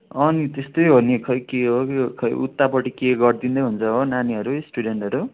नि त्यस्तै हो नि खै के हो के हो खै उतापट्टि के गरिदिँदै हुन्छ हो नानीहरू स्टुडेन्टहरू